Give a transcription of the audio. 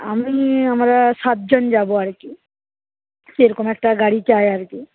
আমি আমরা সাতজন যাবো আর কি সেরকম একটা গাড়ি চাই আর কি